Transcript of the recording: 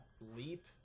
leap